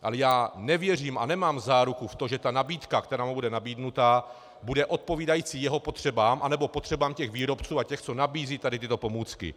Ale já nevěřím a nemám záruku v to, že ta nabídka, která mu bude nabídnuta, bude odpovídající jeho potřebám, anebo potřebám těch výrobců a těch, co nabízejí tyto pomůcky.